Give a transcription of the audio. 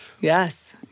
Yes